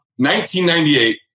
1998